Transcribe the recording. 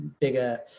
bigger